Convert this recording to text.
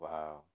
Wow